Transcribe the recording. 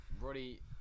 Roddy